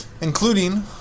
including